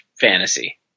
fantasy